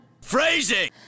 Phrasing